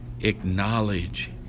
Acknowledge